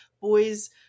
boys